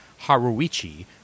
Haruichi